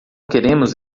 queremos